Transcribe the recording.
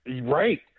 right